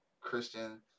Christian